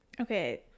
okay